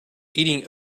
eating